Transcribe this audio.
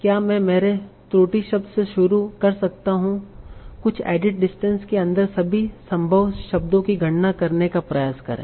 क्या मैं मेरे त्रुटि शब्द से शुरू कर सकता हूं कुछ एडिट डिस्टेंस के अन्दर सभी संभव शब्दों की गणना करने का प्रयास करें